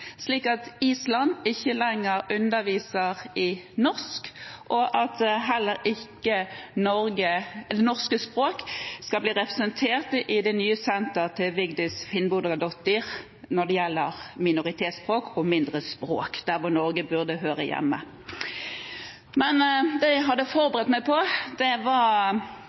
slik at Island ikke lenger underviser i norsk, og at det norske språk heller ikke skal være representert i det nye senteret til Vigdis Finnbogadottir når det gjelder minoritetsspråk og mindre språk, der Norge burde høre hjemme. Men det jeg hadde forberedt meg på, var